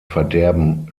verderben